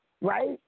right